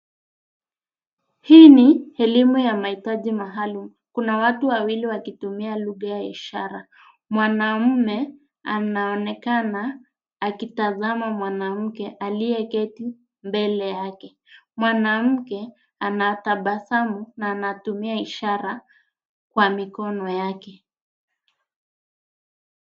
Hii ni elimu ya mahitaji maalum. Kuna watu wawili wakitumia lugha ya ishara. Mwanaume anaonekana akitazama mwanamke aliyeketi mbele yake. Mwanamke anatabasamu na anatumia ishara kwa mikono yake.